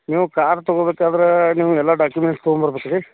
ನೀವು ಕಾರ್ ತಗೋಬೇಕಾದ್ರಾ ನಿಮ್ಗೆ ಎಲ್ಲ ಡಾಕ್ಯುಮೆಂಟ್ಸ್ ತೊಗೊಂಬರ್ಬೆಕು ರೀ